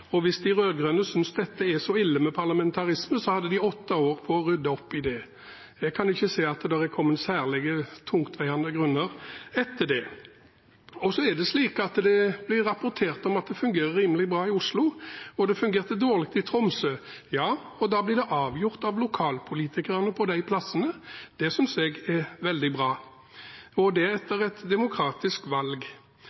Og hvis de rød-grønne synes det er så ille med parlamentarisme: De hadde åtte år på å rydde opp i det. Jeg kan ikke se at det er kommet fram særlig tungtveiende grunner etter det. Det blir rapportert om at det fungerer rimelig bra i Oslo, og det fungerte dårlig i Tromsø. Det blir da avgjort av lokalpolitikerne på de stedene – det synes jeg er veldig bra – etter et demokratisk valg.